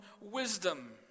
wisdom